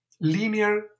linear